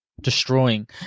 destroying